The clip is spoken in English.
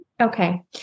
Okay